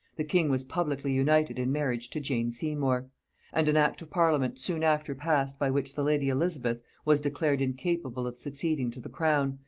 the king was publicly united in marriage to jane seymour and an act of parliament soon after passed by which the lady elizabeth was declared incapable of succeeding to the crown,